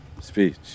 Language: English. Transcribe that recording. Speech